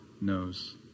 knows